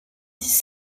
dix